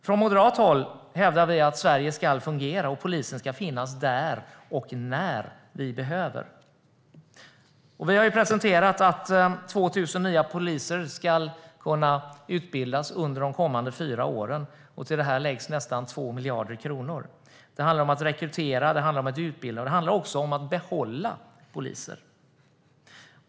Från moderat håll hävdar vi att Sverige ska fungera och polisen finnas där och när vi behöver den. Vi har presenterat att 2 000 nya poliser ska kunna utbildas under de kommande fyra åren. Till det läggs nästan 2 miljarder kronor i vår budget. Det handlar om att rekrytera, att utbilda och också att behålla poliser.